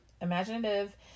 imaginative